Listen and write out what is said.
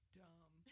dumb